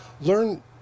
learn